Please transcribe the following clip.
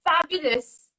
fabulous